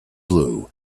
blue